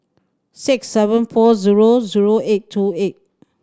six seven four zero zero eight two eight